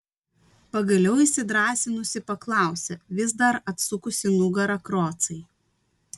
pagaliau įsidrąsinusi paklausė vis dar atsukusi nugarą krocai